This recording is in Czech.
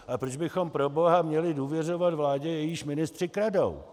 Ale proč bychom proboha měli důvěřovat vládě, jejíž ministři kradou?